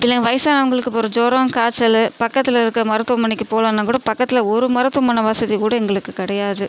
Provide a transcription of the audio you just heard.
இதில் வயதானவங்களுக்கு இப்போ ஒரு ஜுரம் காய்ச்சல் பக்கத்தில் இருக்கிற மருத்துவமனைக்கு போகலானா கூட பக்கத்தில் ஒரு மருத்துவமனை வசதி கூட எங்களுக்குக் கிடையாது